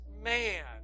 man